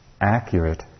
accurate